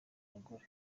abagore